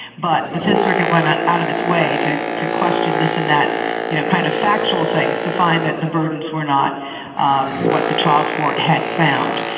but the fifth circuit went out of its way to to question this and that you know kind of factual things to find that the burdens were not um what the trial court had found.